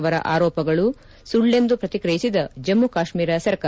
ಅವರ ಆರೋಪಗಳು ಸುಳ್ಳೆಂದು ಪ್ರತಿಕ್ರಿಯಿಸಿದ ಜಮ್ಮು ಕಾಶ್ಮೀರ ಸರ್ಕಾರ